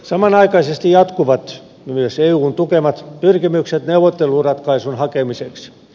samanaikaisesti jatkuvat myös eun tukemat pyrkimykset neuvotteluratkaisun hakemiseksi